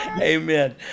amen